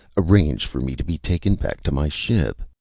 arrange for me to be taken back to my ship?